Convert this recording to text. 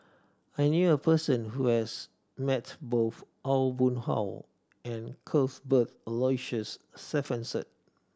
I knew a person who has met both Aw Boon Haw and Cuthbert Aloysius Shepherdson